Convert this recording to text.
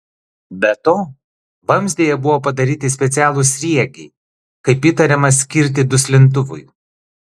be to vamzdyje buvo padaryti specialūs sriegiai kaip įtariama skirti duslintuvui